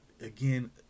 Again